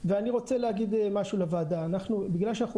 ואני רוצה להגיד משהו לוועדה: כיוון שאנחנו